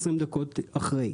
20 דקות אחרי.